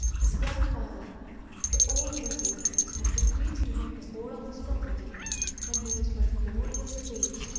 his grandfather the old wazir had bequeathed to him the whole of his property when he was but four years of age.